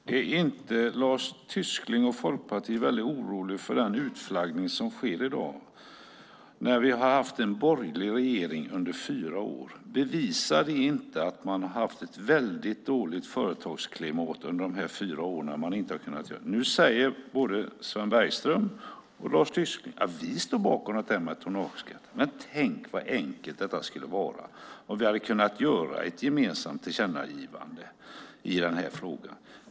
Herr talman! Är inte Lars Tysklind och Folkpartiet oroliga över den utflaggning som sker i dag, när vi har haft en borgerlig regering under fyra år? Bevisar det inte att man har haft ett dåligt företagsklimat under dessa fyra år? Nu säger både Sven Bergström och Lars Tysklind att de står bakom tonnageskatter. Tänk vad enkelt det skulle vara om vi hade kunnat göra ett gemensamt tillkännagivande i denna fråga.